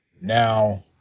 Now